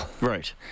Right